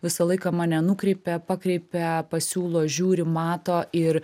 visą laiką mane nukreipia pakreipia pasiūlo žiūri mato ir